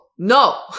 No